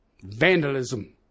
Vandalism